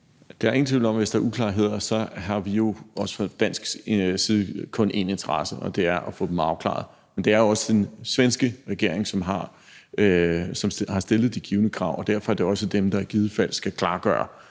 Der er ingen tvivl om, at hvis der er uklarheder, har vi jo også fra dansk side kun én interesse, og det er at få dem afklaret, men det er den svenske regering, som har stillet de givne krav, og derfor er det også dem, der i givet fald skal klargøre,